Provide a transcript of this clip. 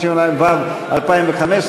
התשע"ו 2015,